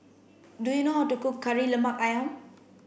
do you know how to cook Kari Lemak Ayam